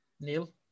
Neil